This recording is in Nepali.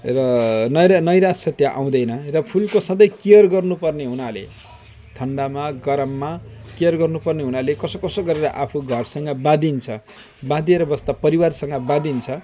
र नैरा नैराश्यता आउँदैन र फुलको सधैँ केयर गर्नुपर्ने हुनाले थन्डामा गरममा केयर गर्नु पर्ने हुनाले कसो कसो गरेर आफु घरसँग बाँधिन्छ बाँधिएर बस्दा परिवारसँग बाँधिन्छ